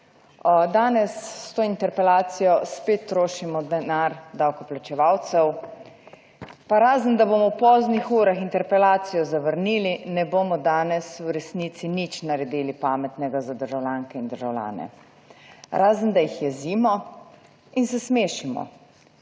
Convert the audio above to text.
Danes s to interpelacijo spet trošimo denar davkoplačevalcev, pa razen, da bomo v poznih urah interpelacijo zavrnili, ne bomo danes v resnici nič naredili pametnega za državljanke in državljane, **56. TRAK (VI) 13.35**